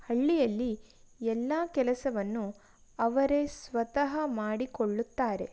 ಹಳ್ಳಿಯಲ್ಲಿ ಎಲ್ಲ ಕೆಲಸವನ್ನು ಅವರೇ ಸ್ವತಃ ಮಾಡಿಕೊಳ್ಳುತ್ತಾರೆ